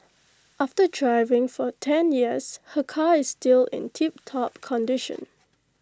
after driving for ten years her car is still in tiptop condition